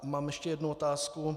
Mám ještě jednu otázku.